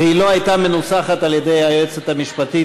והיא לא הייתה מנוסחת על-ידי היועצת המשפטית?